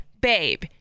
babe